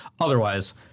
otherwise